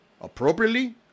appropriately